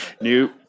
New